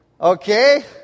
Okay